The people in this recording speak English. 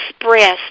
express